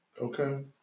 okay